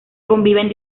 conviven